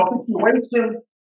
situation